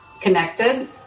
connected